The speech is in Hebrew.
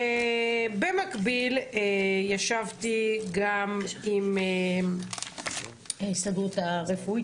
במקביל ישבתי גם עם ההסתדרות הרפואית,